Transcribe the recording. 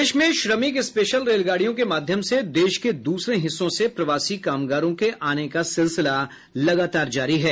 प्रदेश में श्रमिक स्पेशल रेलगाड़ियों के माध्यम से देश के दूसरे हिस्सों से प्रवासी कामगारों के आने का सिलसिला लगातार जारी है